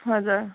हजुर